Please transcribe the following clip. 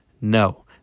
No